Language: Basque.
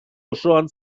osoan